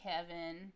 Kevin